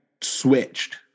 switched